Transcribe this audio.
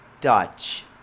Dutch